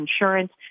insurance